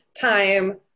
time